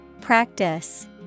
Practice